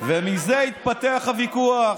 ומזה התפתח הוויכוח.